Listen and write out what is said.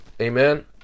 Amen